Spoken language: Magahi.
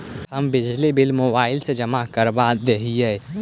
हम बिजली बिल मोबाईल से जमा करवा देहियै?